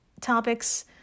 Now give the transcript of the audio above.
Topics